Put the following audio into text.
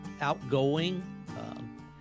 outgoing